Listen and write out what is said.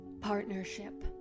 Partnership